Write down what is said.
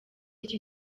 iki